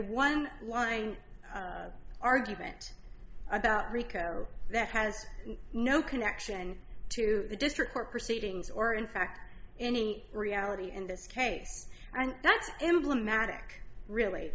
one line argument about rico that has no connection to the district court proceedings or in fact any reality in this case